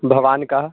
भवान् कः